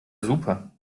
super